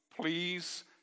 please